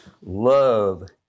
Love